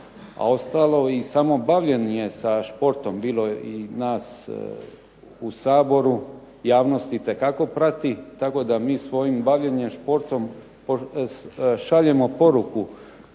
uostalom i samo bavljenje sa športom bilo i nas u Saboru javnost itekako prati tako da mi svojim bavljenjem športom šaljemo poruku